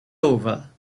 over